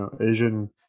Asian